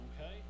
Okay